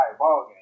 ballgame